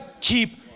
keep